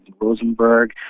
Rosenberg